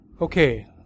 Okay